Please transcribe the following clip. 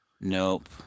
Nope